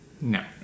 No